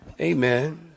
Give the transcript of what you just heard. Amen